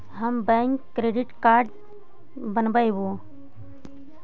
हम bank credit card बनैवो?